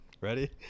Ready